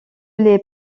les